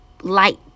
light